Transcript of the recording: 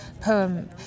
poem